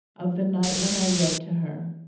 of the night when i read to her,